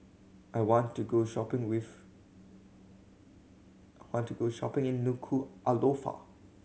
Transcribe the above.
I want to go shopping with I want to go shopping in Nuku'alofa